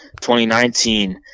2019